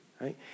right